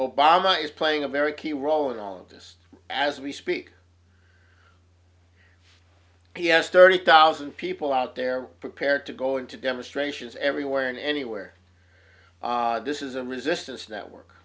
obama is playing a very key role in all of this as we speak he has thirty thousand people out there prepared to go into demonstrations everywhere and anywhere this is a resistance network